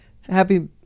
Happy